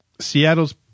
Seattle's